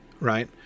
right